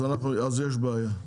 אז יש בעיה.